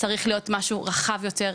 צריך להיות משהו רחב יותר,